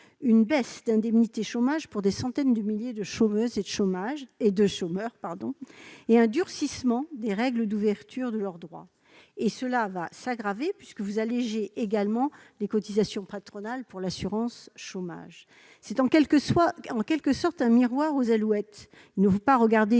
Une baisse des indemnités chômage pour des centaines de milliers de chômeuses et chômeurs et un durcissement des règles d'ouverture de leurs droits. Et la situation va s'aggraver, puisque vous allégez également les cotisations patronales pour l'assurance chômage ! C'est en quelque sorte un miroir aux alouettes : il ne faut pas regarder